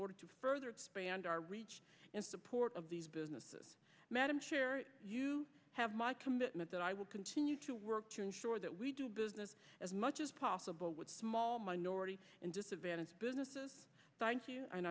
order to further expand our reach and support of these businesses madam chair you have my commitment that i will continue to work to ensure that we do business as much as possible with small minority and disadvantages businesses and